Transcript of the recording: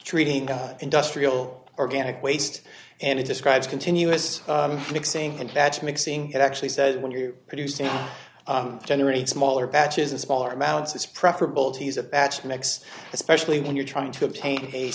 trading industrial organic waste and it describes continuous mixing and batch mixing it actually said when you're producing generate smaller batches of smaller amounts it's preferable to use a batch mix especially when you're trying to obtain a